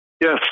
Yes